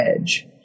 edge